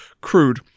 crude